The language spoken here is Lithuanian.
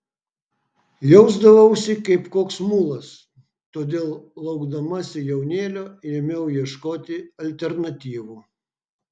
jausdavausi kaip koks mulas todėl laukdamasi jaunėlio ėmiau ieškoti alternatyvų